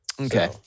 Okay